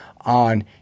on